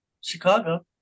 Chicago